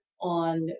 on